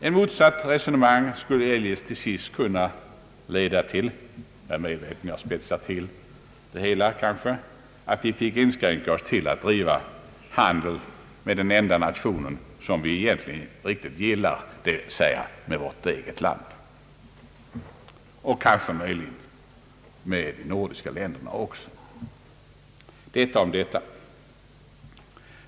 Ett motsatt resonemang skulle eljest till sist kunna leda till — jag är medveten om att jag spetsar till det hela att vi fick inskränka oss till att bedriva handel med den enda nation vi riktigt gillar, alltså med vårt eget land — möjligen också med de andra nordiska länderna. Detta om detta.